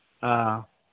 ꯑꯥ